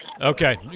Okay